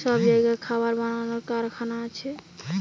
সব জাগায় খাবার বানাবার কারখানা আছে